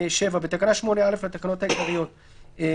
"תיקון תקנה 8א בתקנה 8א לתקנות העיקריות - בפסקה